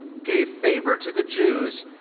gave favor to the jews.